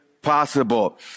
possible